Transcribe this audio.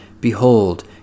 Behold